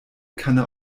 kanne